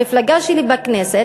המפלגה שלי בכנסת,